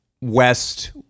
West